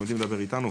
הם יודעים לדבר איתנו,